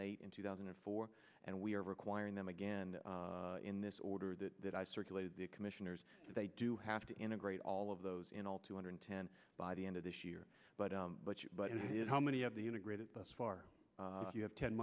and eight in two thousand and four and we are requiring them again in this order that that i circulated the commissioners they do have to integrate all of those in all two hundred ten by the end of this year but but you know how many of the integrated thus far you have ten